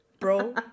Bro